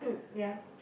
yup